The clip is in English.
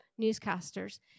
newscasters